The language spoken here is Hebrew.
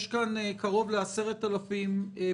יש כאן קרוב ל-10,000 אנשים,